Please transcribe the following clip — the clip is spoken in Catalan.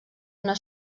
una